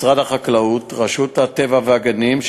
משרד החקלאות ורשות הטבע והגנים,